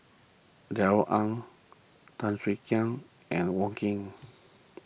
Darrell Ang Tan Swie Hian and Wong Keen